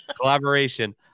Collaboration